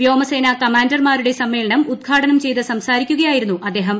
വ്യോമസേന ക മാൻഡർ മാരുടെ സമ്മേളനം ഉദ്ഘാടനം ചെയ്തു ് സംസാരിക്കുകയായിരുന്നു അദ്ദേഹം